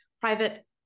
private